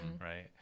right